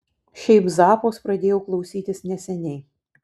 šiaip zappos pradėjau klausytis neseniai